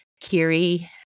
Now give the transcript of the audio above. Kiri